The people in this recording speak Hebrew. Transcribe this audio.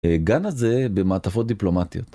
גן הזה במעטפות דיפלומטיות.